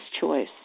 choice